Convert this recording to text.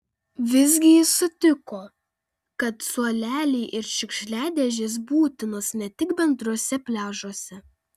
vis gi jis sutiko kad suoleliai ir šiukšliadėžės būtinos ne tik bendruose pliažuose